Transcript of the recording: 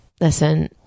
listen